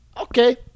Okay